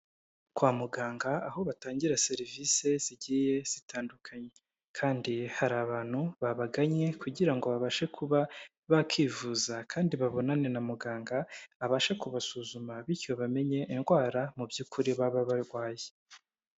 Kwa muganga aho batangira serivisi zigiye zitandukanye kandi hari abantu babagannye kugira ngo babashe kuba bakwivuza kandi babonane na muganga, abashe kubasuzuma, bityo bamenye indwara mu by'ukuri baba barwaye.